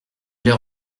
l’ai